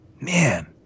Man